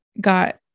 Got